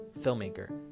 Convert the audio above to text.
filmmaker